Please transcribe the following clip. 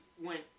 went